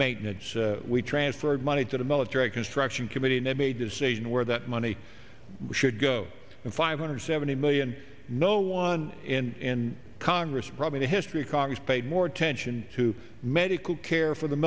maintenance we transferred money to the military construction committee and then made a decision where that money should go and five hundred seventy million no one in congress probably the history of congress paid more attention to medical care for the